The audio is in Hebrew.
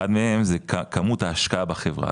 אחד מהם זה כמות ההשקעה בחברה,